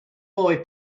boy